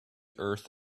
earth